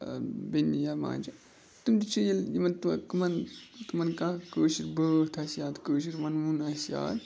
بیٚنہِ یا ماجہِ تِم تہِ چھِ ییٚلہِ یِمَن تِمَن کَمن تِمَن کانٛہہ کٲشِر بٲتھ آسہِ یا تہٕ کٲشِر وَنوُن آسہِ یاد